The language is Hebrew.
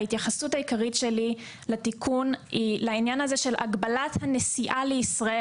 ההתייחסות העיקרית שלי לתיקון היא לעניין הזה של הגבלת הנסיעה לישראל.